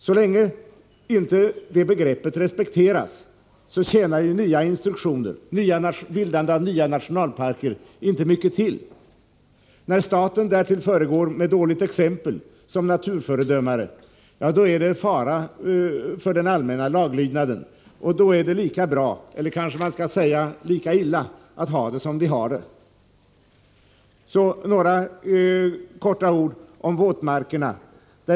Så länge inte det begreppet respekteras tjänar ju nya restriktioner, bildande av nya nationalparker, inte mycket till. När staten därtill föregår med dåligt exempel som naturförstörare, då är det fara för den allmänna laglydnaden och då är det lika bra — eller kanske man skall säga lika illa — att ha det som vi har det. Så några få ord om våtmarkerna.